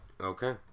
Okay